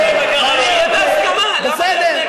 חבר הכנסת חזן,